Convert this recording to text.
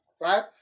right